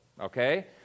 okay